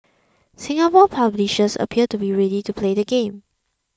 Singapore publishers appear to be ready to play the game